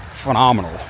Phenomenal